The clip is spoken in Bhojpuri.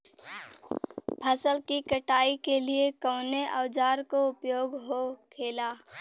फसल की कटाई के लिए कवने औजार को उपयोग हो खेला?